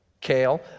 Kale